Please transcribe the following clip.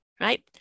right